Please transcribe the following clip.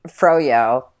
Froyo